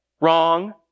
Wrong